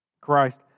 Christ